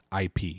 IP